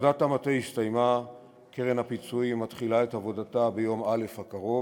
עבודת המטה הסתיימה וקרן הפיצויים מתחילה את עבודתה ביום א' הקרוב,